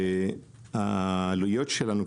והעלויות שלנו,